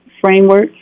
framework